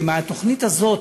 ומהתוכנית הזו,